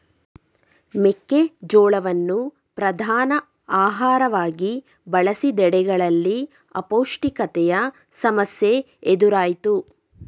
ಮೆಕ್ಕೆ ಜೋಳವನ್ನು ಪ್ರಧಾನ ಆಹಾರವಾಗಿ ಬಳಸಿದೆಡೆಗಳಲ್ಲಿ ಅಪೌಷ್ಟಿಕತೆಯ ಸಮಸ್ಯೆ ಎದುರಾಯ್ತು